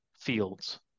fields